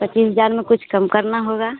पचीस हज़ार में कुछ कम करना होगा